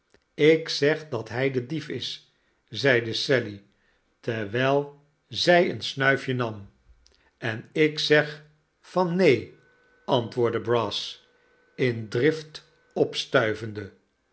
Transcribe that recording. ik zeg dat hij de dief is zeide sally terwijl zij een snuifje nam en ik zeg van neen antwoordde brass in drift opstuivende